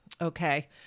Okay